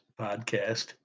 podcast